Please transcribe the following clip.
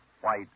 white